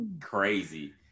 Crazy